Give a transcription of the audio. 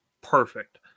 perfect